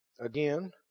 Again